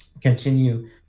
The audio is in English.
continue